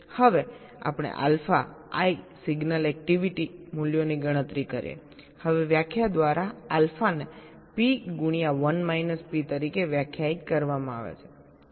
હવે આપણે alpha i signal activity મૂલ્યોની ગણતરી કરીએહવે વ્યાખ્યા દ્વારા આલ્ફાને P ગુણ્યા 1 માઇનસ P તરીકે વ્યાખ્યાયિત કરવામાં આવે છે